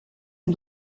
une